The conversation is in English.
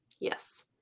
Yes